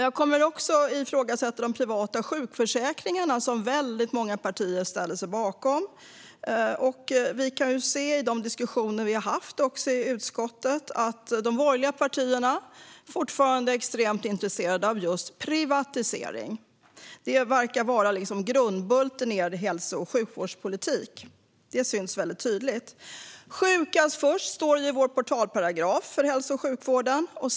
Jag kommer också att ifrågasätta de privata sjukförsäkringarna, som väldigt många partier ställer sig bakom. I de diskussioner vi har haft i utskottet har vi hört att de borgerliga partierna fortfarande är extremt intresserade av just privatisering. Det verkar vara grundbulten i er hälso och sjukvårdspolitik; det syns tydligt. Sjukast först, står det i vår portalparagraf för hälso och sjukvården.